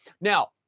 Now